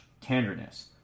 tenderness